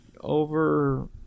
over